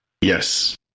Yes